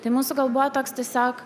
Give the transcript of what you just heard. tai mūsų gal buvo toks tiesiog